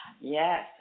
Yes